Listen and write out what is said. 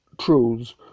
truths